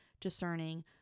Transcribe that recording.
discerning